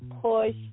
push